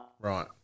Right